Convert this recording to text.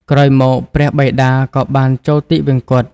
ក្រោយមក ព្រះបិតាក៏បានចូលទិវង្គត។